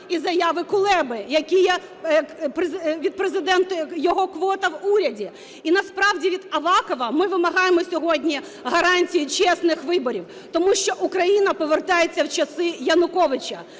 і заяви Кулеби, які є від Президента, його квота в уряді. І насправді від Авакова ми вимагаємо сьогодні гарантій чесних виборів, тому що Україна повертається в часи Януковича.